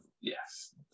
yes